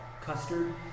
custard